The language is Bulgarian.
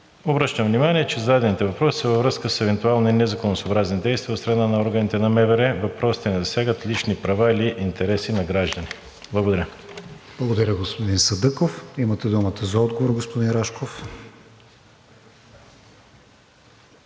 Обръщам внимание, че зададените въпроси са във връзка с евентуални незаконосъобразни действия от страна на органите на МВР. Въпросите не засягат лични права или интереси на граждани. Благодаря. ПРЕДСЕДАТЕЛ КРИСТИАН ВИГЕНИН: Благодаря, господин Садъков. Имате думата за отговор, господин Рашков.